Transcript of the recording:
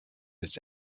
its